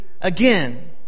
again